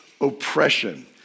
oppression